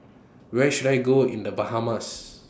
Where should I Go in The Bahamas